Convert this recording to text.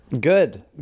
Good